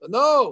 no